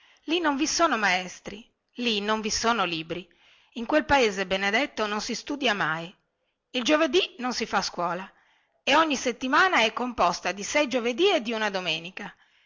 lì non vi sono maestri lì non vi sono libri in quel paese benedetto non si studia mai il giovedì non si fa scuola e ogni settimana è composta di sei giovedì e di una domenica